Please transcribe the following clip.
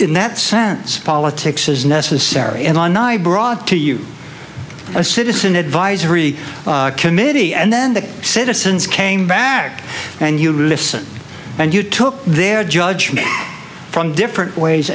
in that sense politics is necessary and on i brought to you a citizen advisory committee and then the citizens came back and you listen and you took their judgment from different ways